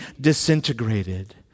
disintegrated